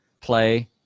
play